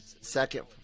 second